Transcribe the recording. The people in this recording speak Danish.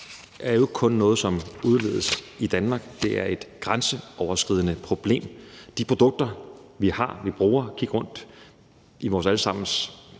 jo ikke er noget, som kun udledes i Danmark. Det er et grænseoverskridende problem. De produkter, vi har og bruger og har tæt på os i vores